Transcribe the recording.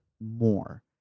more